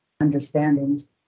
understanding